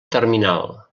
terminal